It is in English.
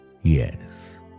Yes